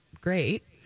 great